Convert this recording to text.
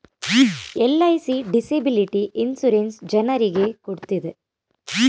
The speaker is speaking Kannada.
ಎಲ್.ಐ.ಸಿ ಡಿಸೆಬಿಲಿಟಿ ಇನ್ಸೂರೆನ್ಸ್ ಜನರಿಗೆ ಕೊಡ್ತಿದೆ